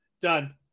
done